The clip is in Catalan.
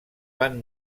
van